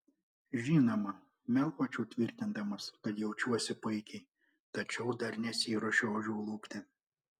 žinoma meluočiau tvirtindamas kad jaučiuosi puikiai tačiau dar nesiruošiu ožių lupti